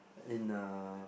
in a